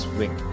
wing